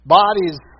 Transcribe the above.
bodies